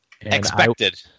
Expected